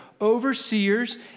overseers